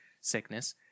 sickness